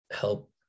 help